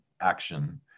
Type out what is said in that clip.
action